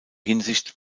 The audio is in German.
hinsicht